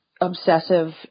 obsessive